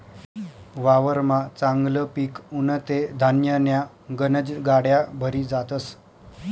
वावरमा चांगलं पिक उनं ते धान्यन्या गनज गाड्या भरी जातस